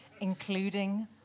including